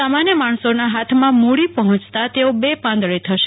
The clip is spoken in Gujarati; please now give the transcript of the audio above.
સામાન્ય માણસોના ફાથમાં મુડી પફોચતા તેઓ બે પાંદડે થશે